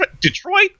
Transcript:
Detroit